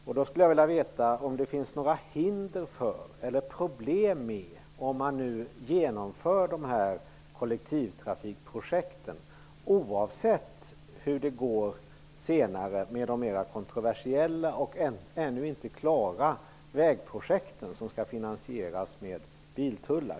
Jag skulle då vilja veta om det finns några hinder för eller problem med att de här kollektivtrafikprojekten genomförs oavsett hur det går senare med de mera kontroversiella och ännu inte klara vägprojekt som skall finansieras med biltullar.